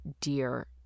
dear